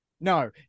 No